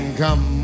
come